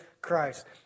Christ